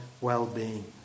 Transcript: well-being